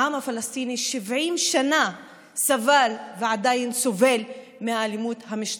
העם הפלסטיני 70 שנה סבל ועדיין סובל מהאלימות המשטרתית,